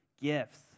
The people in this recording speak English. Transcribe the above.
gifts